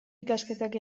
ikasketak